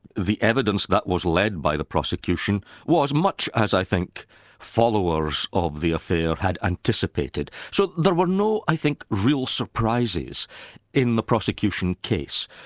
the evidence that was led by the prosecution was much as i think followers of the affair had anticipated. so there were no, i think, real surprises in the prosecution case.